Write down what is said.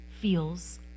feels